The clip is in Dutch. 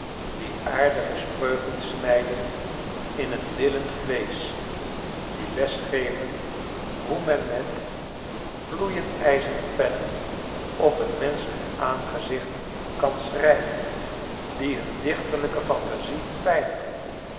die aardige spreuken snijden in t lillend vleesch die les geven hoe men met gloeiend ijzeren pennen op t menschelijk aangezichtkanschrijven die hun dichterlijke phantasie pijnigen